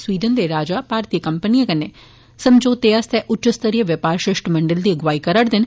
Sweden दे राजा भारतीय कम्पनिएं कन्नै समझौतें आस्तै उच्च स्तरीय व्यौपार षिश्टमंडल दी अगुवाई करा'रदे न